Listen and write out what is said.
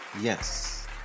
yes